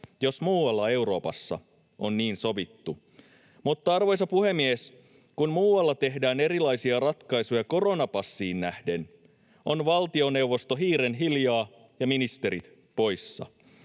jos muualla Euroopassa on niin sovittu. Mutta arvoisa puhemies, kun muualla tehdään erilaisia ratkaisuja koronapassiin nähden, on valtioneuvosto hiirenhiljaa ja ministerit poissa.